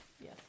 yes